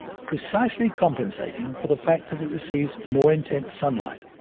precisely compensating for the fact that it receives more intense sunlight.